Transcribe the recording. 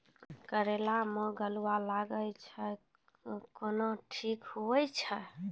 करेला मे गलवा लागी जे छ कैनो ठीक हुई छै?